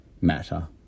matter